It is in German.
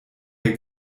der